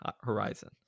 horizon